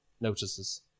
notices